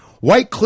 White